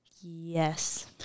Yes